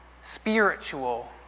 spiritual